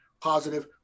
positive